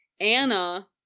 Anna